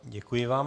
Děkuji vám.